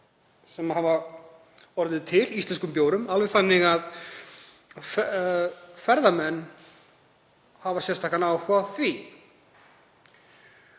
hefur orðið til af íslenskum bjór, alveg þannig að ferðamenn hafa sérstakan áhuga á því.